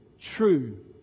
true